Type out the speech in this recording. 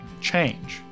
change